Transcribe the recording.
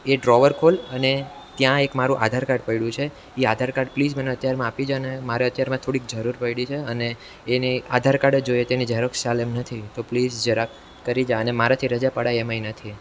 એ drawer ખોલ અને ત્યાં એક મારું આધાર કાડ પડ્યું છે એ આધાર કાડ પ્લીઝ મને અત્યારમાં આપી જા ને મારે અત્યારમાં થોડીક જરૂર પડી છે અને એને આધાર કાડ જ જોઈએ તેની ઝેરોક્ષ ચાલે તેમ નથી તો પ્લીઝ જરાક કરી જા અને મારાથી રજા પડાય એમેય નથી